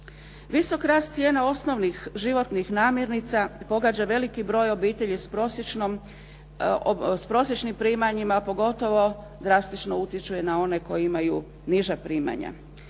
Visok rast cijena osnovnih životnih namirnica pogađa veliki broj obitelji s prosječnim primanjima, pogotovo drastično utječu i na one koji imaju niža primanja.